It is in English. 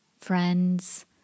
friends